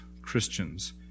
Christians